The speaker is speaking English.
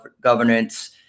governance